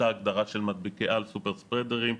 אותה הגדרה של מדביקי-על, סופר ספרדרים,